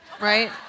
right